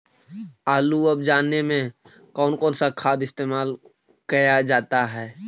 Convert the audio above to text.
आलू अब जाने में कौन कौन सा खाद इस्तेमाल क्या जाता है?